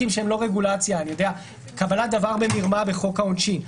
שהם לא רגולציה קבלת דבר במרמה בחוק העונשין.